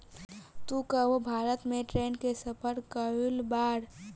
तू कबो भारत में ट्रैन से सफर कयिउल बाड़